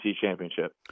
championship